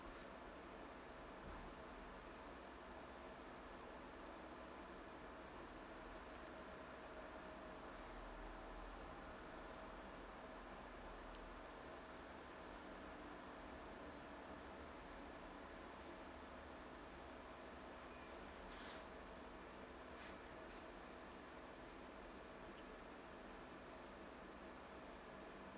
mm